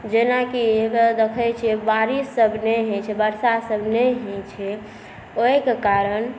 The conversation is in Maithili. जेनाकी इधर देख़ै छियै बारिशसभ नहि होइ छै वर्षासभ नहि होइ छै ओहिके कारण